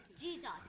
Jesus